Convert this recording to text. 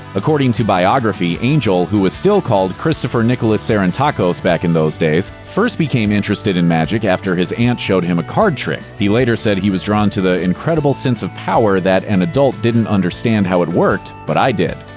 according to biography, angel, who was still called christopher nicholas sarantakos back in those days, first became interested in magic after his aunt showed him a card trick. he later said he was drawn to the. incredible sense of power, that an adult didn't understand how it worked, but i did.